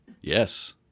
Yes